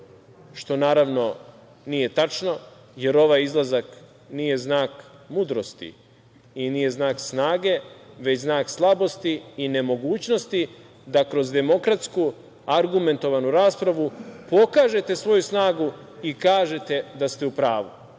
što naravno nije tačno, jer ovaj izlazak nije znak mudrosti i nije znak snage, već znak slabosti i nemogućnosti da kroz demokratsku, argumentovanu raspravu pokažete svoju snagu i kažete da ste u pravu.